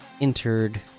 entered